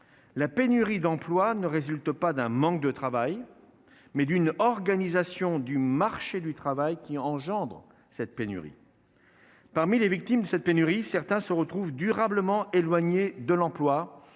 la pénurie d'emplois ne résulte pas d'un manque de travail, mais d'une organisation du marché du travail qui engendre cette pénurie. Parmi les victimes de cette pénurie, certains se retrouve durablement éloignés de l'emploi,